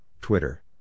Twitter